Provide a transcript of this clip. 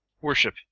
worship